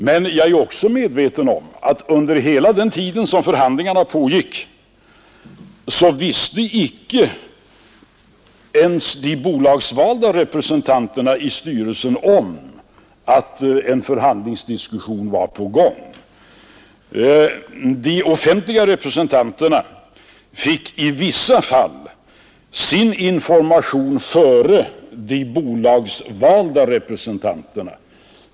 Men jag är också medveten om att under hela den tid diskussionerna pågick visste icke ens de bolagsvalda representanterna i styrelserna om att förhandlingar fördes. De offentliga representanterna fick i vissa fall sin information före de bolagsvalda representanterna.